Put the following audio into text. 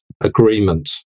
agreement